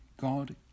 God